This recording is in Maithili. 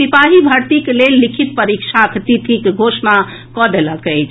सिपाही भर्तीक लेल लिखित परीक्षाक तिथिक घोषणा कऽ देल अछि